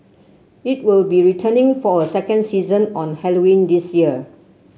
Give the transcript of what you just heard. it will be returning for a second season on Halloween this year